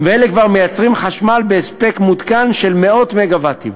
ואלה כבר מייצרים חשמל בהספק מותקן של מאות מגה-ואט.